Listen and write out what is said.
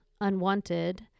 unwanted